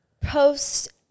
post